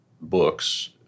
books